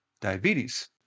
diabetes